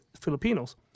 Filipinos